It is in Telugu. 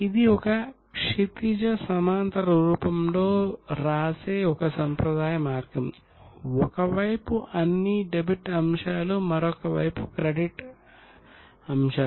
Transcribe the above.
ఇది ఒక క్షితిజ సమాంతర రూపంలో వ్రాసే ఒక సాంప్రదాయ మార్గం ఒక వైపు అన్ని డెబిట్ అంశాలు మరియు మరొక వైపు క్రెడిట్ అంశాలు